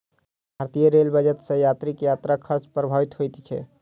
भारतीय rail budget सॅ यात्रीक यात्रा खर्च प्रभावित होइत छै